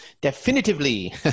Definitively